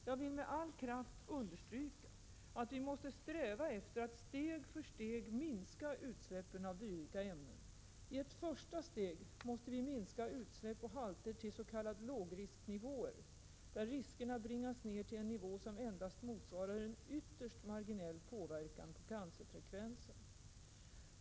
Jag vill med all kraft understryka att vi måste sträva efter att steg för steg minska utsläppen av dylika ämnen. I ett första steg måste vi minska utsläpp och halter till s.k. lågrisknivåer där riskerna bringas ned till en nivå som endast motsvarar en ytterst marginell påverkan på cancerfrekvensen.